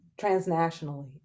transnationally